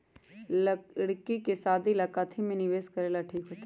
लड़की के शादी ला काथी में निवेस करेला ठीक होतई?